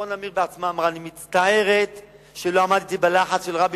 אורה נמיר עצמה אמרה לי: אני מצטערת שלא עמדתי בלחץ של רבין,